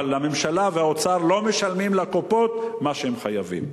אבל הממשלה והאוצר לא משלמים לקופות מה שהם חייבים.